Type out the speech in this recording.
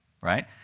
right